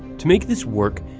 to make this work,